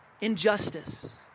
injustice